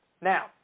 Now